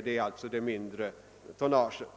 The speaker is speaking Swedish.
Det gäller det mindre tonnaget.